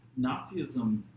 Nazism